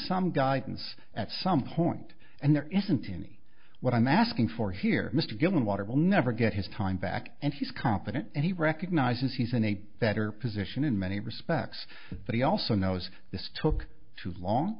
some guidance at some point and there isn't any what i'm asking for here mr gilman water will never get his time back and he's competent and he recognizes he's in a better position in many respects but he also knows this took too long